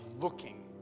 looking